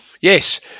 Yes